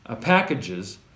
packages